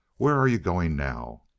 where are you going now?